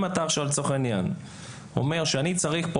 אם אתה עכשיו לצורך העניין אומר שאני צריך פה